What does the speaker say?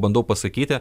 bandau pasakyti